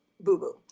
boo-boo